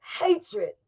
hatred